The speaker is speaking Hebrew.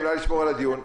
נא לשמור על הדיון.